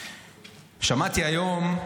שמעתי היום,